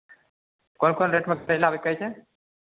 कोन कोन रेटमे करैला बिकै छै